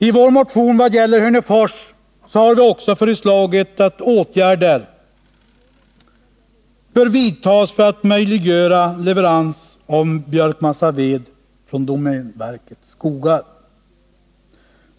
I vår motion vad gäller Hörnefors har vi också föreslagit att åtgärder skall vidtas för att möjliggöra leverans av björkmassaved från domänverkets skogar.